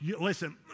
listen